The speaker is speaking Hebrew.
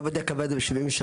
הרב עובדיה קבע את זה ב-1973,